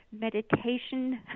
meditation